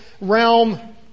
realm